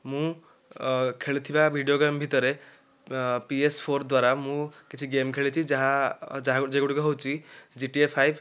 ମୁଁ ଖେଳୁଥିବା video game ଭିତରେ ପି ଏସ୍ ଫୋର୍ ଦ୍ୱାରା ମୁଁ କିଛି ଗେମ୍ ଖେଳିଛି ଯାହା ଯେଉଁଗୁଡ଼ିକ ହେଉଛି ଜି ଟି ଏ ଫାଇଭ୍